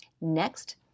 Next